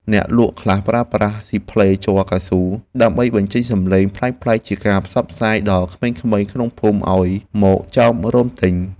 អ្នកលក់ខ្លះប្រើប្រាស់ស៊ីផ្លែជ័រកៅស៊ូ ដើម្បីបញ្ចេញសំឡេងប្លែកៗជាការផ្សព្វផ្សាយដល់ក្មេងៗក្នុងភូមិឱ្យមកចោមរោមទិញ។